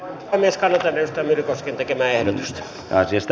kannatan edustaja myllykosken tekemää ehdotusta